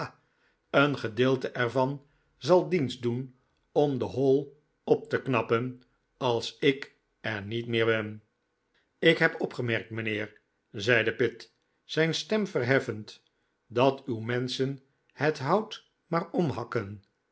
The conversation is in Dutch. een gedeelte er van zal dienst doen om de hall op te knappen als ik er niet meer ben ik heb opgemerkt mijnheer zeide pitt zijn stem verheffend dat uw menschen het hout maar omhakken